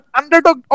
underdog